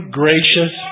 gracious